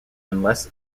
unless